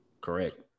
Correct